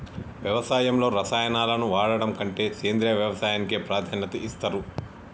వ్యవసాయంలో రసాయనాలను వాడడం కంటే సేంద్రియ వ్యవసాయానికే ప్రాధాన్యత ఇస్తరు